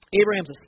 Abraham's